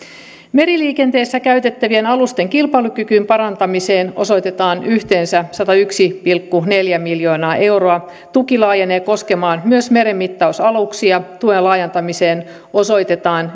meriliikenteessä käytettävien alusten kilpailukyvyn parantamiseen osoitetaan yhteensä satayksi pilkku neljä miljoonaa euroa tuki laajenee koskemaan myös merenmittausaluksia tuen laajentamiseen osoitetaan